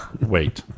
Wait